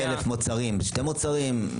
מתוך אלף מוצרים שניים?